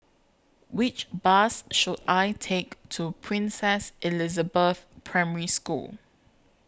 Which Bus should I Take to Princess Elizabeth Primary School